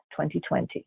2020